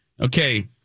Okay